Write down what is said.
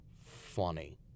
funny